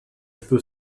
peut